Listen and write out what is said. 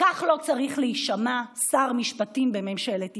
כך לא צריך להישמע שר משפטים בממשלת ישראל.